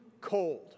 cold